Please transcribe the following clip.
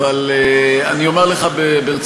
אבל אני אומר לך ברצינות,